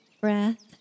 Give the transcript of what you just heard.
breath